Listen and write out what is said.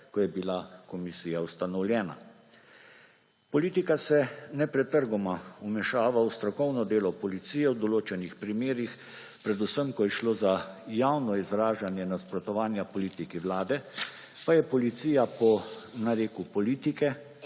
ko je bila komisija ustanovljena. Politika se nepretrgoma vmešava v strokovno delo policije v določenih primerih, predvsem ko je šlo za javno izražanje nasprotovanja politiki vlade, pa je policija po nareku politike,